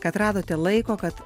kad radote laiko kad